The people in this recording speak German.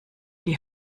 die